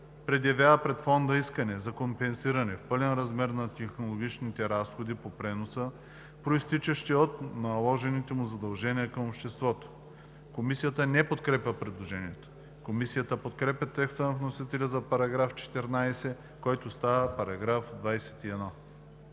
предявява пред Фонда искане за компенсиране в пълен размер на технологичните разходи по преноса, произтичащи от наложени му задължения към обществото.“ Комисията не подкрепя предложението. Комисията подкрепя текста на вносителя за § 14, който става § 21.